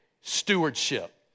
stewardship